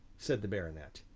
said the baronet.